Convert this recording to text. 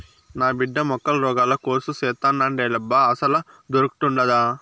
నా బిడ్డ మొక్కల రోగాల కోర్సు సేత్తానంటాండేలబ్బా అసలదొకటుండాదా